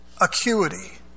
acuity